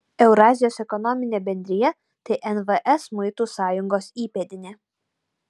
eurazijos ekonominė bendrija tai nvs muitų sąjungos įpėdinė